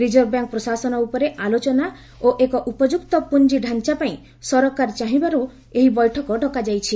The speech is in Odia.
ରିଜର୍ଭ ବ୍ୟାଙ୍କ୍ ପ୍ରଶାସନ ଉପରେ ଆଲୋଚନା ଓ ଏକ ଉପଯୁକ୍ତ ପୁଞ୍ଜି ଢାଞ୍ଚାପାଇଁ ସରକାର ଚାହିଁବାରୁ ଏହି ବୈଠକ ଡକାଯାଇଛି